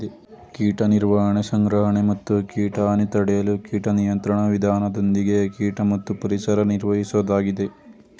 ಕೀಟ ನಿರ್ವಹಣೆ ಸಂಗ್ರಹಣೆ ಮತ್ತು ಕೀಟ ಹಾನಿ ತಡೆಯಲು ಕೀಟ ನಿಯಂತ್ರಣ ವಿಧಾನದೊಂದಿಗೆ ಕೀಟ ಮತ್ತು ಪರಿಸರ ನಿರ್ವಹಿಸೋದಾಗಿದೆ